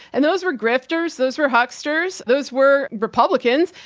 and those were grifters, those were hucksters, those were republicans,